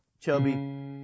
chubby